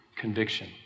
conviction